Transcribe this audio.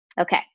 Okay